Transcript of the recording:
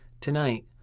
Tonight